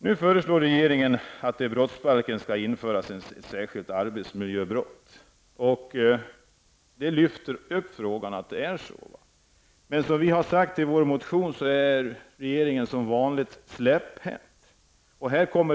Nu föreslår regeringen att det i brottsbalken skall införas ett särskilt arbetsmiljöbrott. Frågan lyfts upp i och med detta. Men som vi sagt i vår motion är regeringen som vanligt släpphänt.